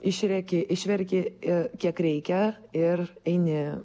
išrėki išverki i kiek reikia ir eini